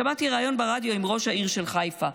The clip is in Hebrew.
שמעתי ראיון ברדיו עם ראש העיר של חיפה,